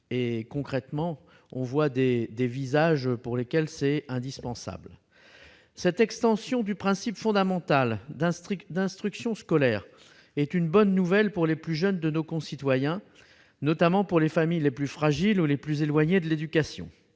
qui concrètement, on le voit, est indispensable. Cette extension du principe fondamental d'instruction obligatoire est une bonne nouvelle pour les plus jeunes de nos concitoyens, notamment pour les familles les plus fragiles ou les plus éloignées de l'éducation.